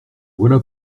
voilà